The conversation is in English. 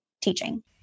teaching